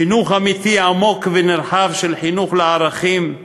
חינוך אמיתי, עמוק ונרחב, חינוך לערכים,